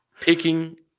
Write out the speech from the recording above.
Picking